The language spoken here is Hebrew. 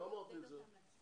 לא אמרתי את זה.